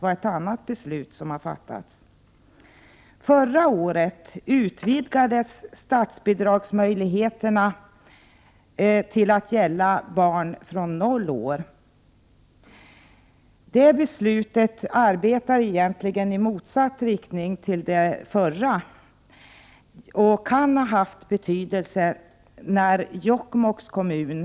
Förra året utvidgades statsbidragen till att gälla barn från 0 år. Det beslutet strider egentligen mot det tidigare beslutet och kan ha haft betydelse när det gäller Jokkmokks kommun.